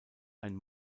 ein